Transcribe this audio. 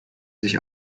sich